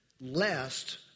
lest